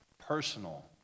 personal